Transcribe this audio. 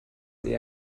eher